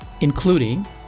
including